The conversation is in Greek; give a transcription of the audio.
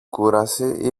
κούραση